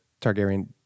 Targaryen